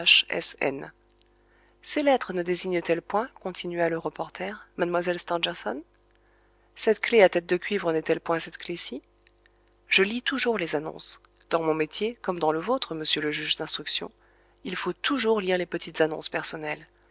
ces lettres ne désignent elles point continua le reporter mlle stangerson cette clef à tête de cuivre n'est-elle point cette clef ci je lis toujours les annonces dans mon métier comme dans le vôtre monsieur le juge d'instruction il faut toujours lire les petites annonces personnelles